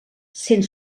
sent